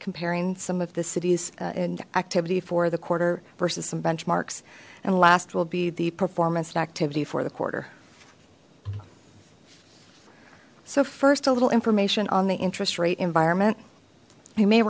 comparing some of the cities and activity for the quarter versus some benchmarks and last will be the performance and activity for the quarter so first a little information on the interest rate environment